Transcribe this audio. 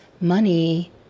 money